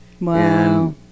Wow